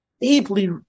deeply